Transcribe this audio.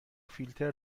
فیلتر